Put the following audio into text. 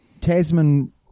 Tasman